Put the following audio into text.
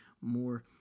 more